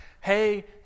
hey